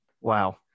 wow